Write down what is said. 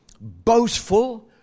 boastful